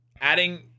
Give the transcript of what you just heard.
adding